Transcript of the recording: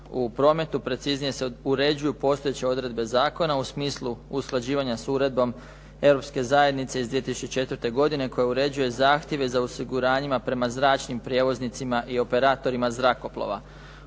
u prometu, preciznije se uređuje postojeće odredbe zakona u smislu usklađivanja s uredbom broj 785/2004. koja uređuje zahtjeva za osiguranjima prema zračnim prijevoznicima i operatorima zrakoplova.